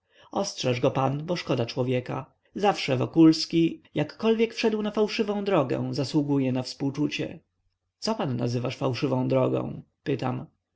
go pan bo szkoda człowieka zawsze wokulski jakkolwiek wszedł na fałszywą drogę zasługuje na współczucie co pan nazywasz fałszywą drogą pytam